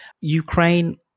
Ukraine